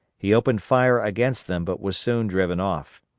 he opened fire against them but was soon driven off.